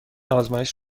آزمایش